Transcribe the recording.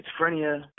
Schizophrenia